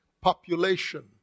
population